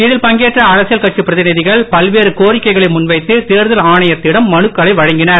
இதில் பங்கேற்ற அரசியல் கட்சி பிரதிநிதிகள் பல்வேறு கோரிக்கைகளை முன்வைத்து தேர்தல் ஆணையத்திடம் மனுக்களை வழங்கினர்